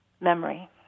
memory